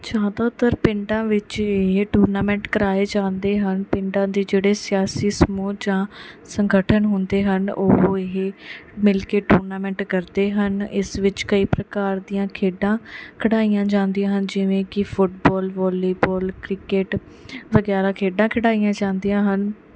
ਜ਼ਿਆਦਾਤਰ ਪਿੰਡਾਂ ਵਿੱਚ ਇਹ ਟੂਰਨਾਮੈਂਟ ਕਰਾਏ ਜਾਂਦੇ ਹਨ ਪਿੰਡਾਂ ਦੇ ਜਿਹੜੇ ਸਿਆਸੀ ਸਮੂਹ ਜਾਂ ਸੰਗਠਨ ਹੁੰਦੇ ਹਨ ਉਹ ਇਹ ਮਿਲ ਕੇ ਟੂਰਨਾਮੈਂਟ ਕਰਦੇ ਹਨ ਇਸ ਵਿੱਚ ਕਈ ਪ੍ਰਕਾਰ ਦੀਆਂ ਖੇਡਾਂ ਖਿਡਾਈਆਂ ਜਾਂਦੀਆਂ ਹਨ ਜਿਵੇਂ ਕਿ ਫੁੱਟਬਾਲ ਵੋਲੀਬਾਲ ਕ੍ਰਿਕਟ ਵਗੈਰਾ ਖੇਡਾਂ ਖਿਡਾਈਆਂ ਜਾਂਦੀਆਂ ਹਨ